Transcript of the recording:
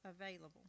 available